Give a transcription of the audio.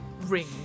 ring